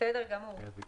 בסדר גמור.